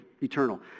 eternal